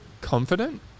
confident